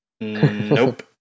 Nope